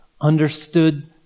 understood